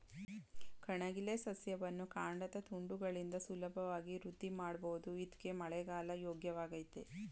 ಕಣಗಿಲೆ ಸಸ್ಯವನ್ನು ಕಾಂಡದ ತುಂಡುಗಳಿಂದ ಸುಲಭವಾಗಿ ವೃದ್ಧಿಮಾಡ್ಬೋದು ಇದ್ಕೇ ಮಳೆಗಾಲ ಯೋಗ್ಯವಾಗಯ್ತೆ